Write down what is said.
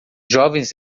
jovens